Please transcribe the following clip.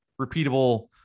repeatable